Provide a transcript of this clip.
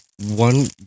one